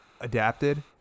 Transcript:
adapted